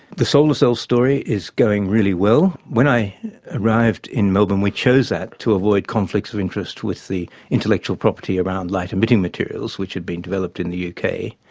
the solar cell story is going really well. when i arrived in melbourne we chose that to avoid conflicts of interest with the intellectual property around light emitting materials, which had been developed in the uk.